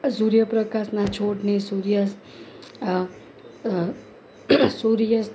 સૂર્યપ્રકાશના છોડને સૂર્ય સૂર્ય